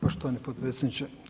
Poštovani potpredsjedniče.